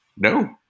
No